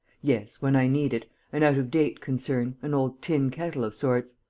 yes, when i need it an out-of-date concern, an old tin kettle of sorts.